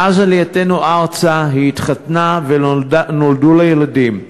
מאז עלייתנו ארצה היא התחתנה ונולדו לה ילדים,